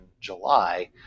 July